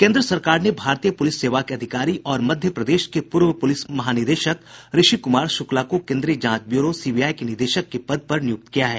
केन्द्र सरकार ने भारतीय पूलिस सेवा के अधिकारी और मध्य प्रदेश के पूर्व पुलिस महानिदेशक रिषी कुमार शुक्ला को केन्द्रीय जांच ब्यूरो सीबीआई के निदेशक के पद पर निय्क्त किया है